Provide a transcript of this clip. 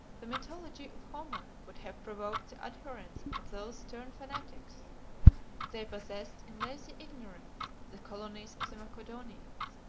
the mythology of homer would have provoked the abhorrence of those stern fanatics they possessed in lazy ignorance the colonies of the macedonians,